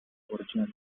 original